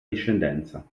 discendenza